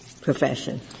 profession